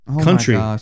country